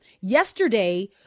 yesterday